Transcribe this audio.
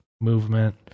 movement